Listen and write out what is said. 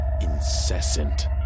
incessant